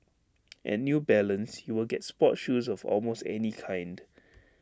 at new balance you will get sports shoes of almost any kind